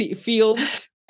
fields